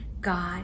God